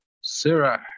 Sarah